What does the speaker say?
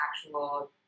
actual